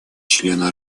члена